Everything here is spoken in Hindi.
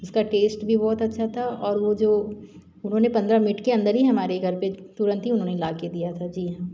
इसका टेस्ट भी बहुत अच्छा था और वो जो उन्होंने पन्द्रा मिनट के अंदर ही हमारे घर पर तुरंत ही उन्होंने ला के दिया था जी हाँ